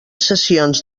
sessions